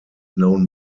known